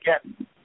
Again